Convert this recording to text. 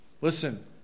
Listen